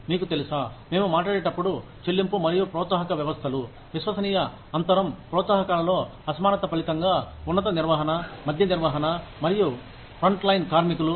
మీకు తెలుసా మేము మాట్లాడేటప్పుడు చెల్లింపు మరియు ప్రోత్సాహక వ్యవస్థలు విశ్వసనీయ అంతరం ప్రోత్సాహకాలలో అసమానత ఫలితంగా ఉన్నత నిర్వహణ మధ్య నిర్వహణ మరియు ఫ్రంట్లైన్ కార్మికులు